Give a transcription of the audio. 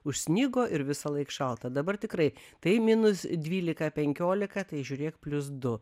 užsnigo ir visąlaik šalta dabar tikrai tai minus dvylika penkiolika tai žiūrėk plius du